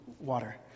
water